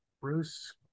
Bruce